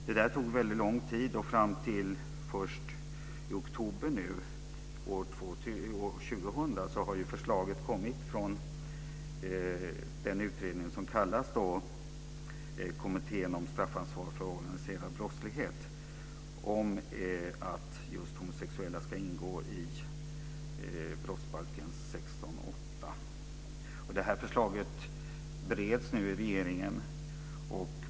Detta tog lång tid, och först i oktober 2000 kom ett förslag från den utredning som kallas för kap. 8 §. Förslaget bereds nu i regeringen.